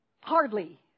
Hardly